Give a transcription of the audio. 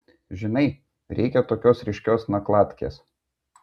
žinai reikia tokios ryškios nakladkės